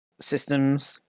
systems